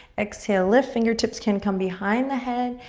exhale, lift. fingertips can come behind the head.